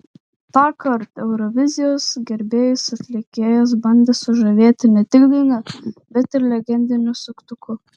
tąkart eurovizijos gerbėjus atlikėjas bandė sužavėti ne tik daina bet ir legendiniu suktuku